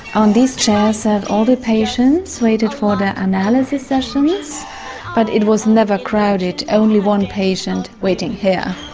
on this chair sat all the patients, waited for the analysis sessions but it was never crowded. only one patient waiting here.